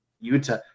Utah